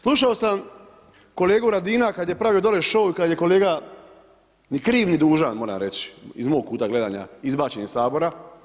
Slušao sam kolegu Radina kad je pravio dole show i kad je kolega ni kriv ni dužan, moram reći, iz mog kuta gledanja, izbačen iz Sabora.